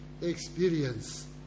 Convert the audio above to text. experience